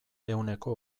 ehuneko